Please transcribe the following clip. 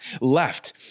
left